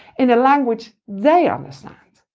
in a language they understand.